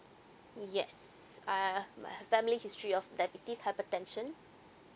yes uh my family history of diabetes hypertension